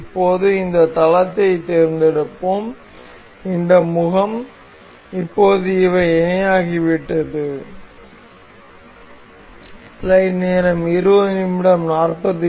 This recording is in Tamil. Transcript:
இப்போது இந்த தளத்தைத் தேர்ந்தெடுப்போம் இந்த முகம் இப்போது இவை இணையாகிவிட்டது